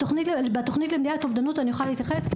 בתוכנית למניעת האובדנות אני יכולה להתייחס,